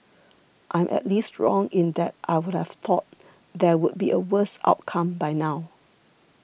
I am at least wrong in that I would've thought there would be a worse outcome by now